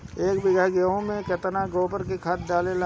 एक बीगहा गेहूं में केतना गोबर के खाद लागेला?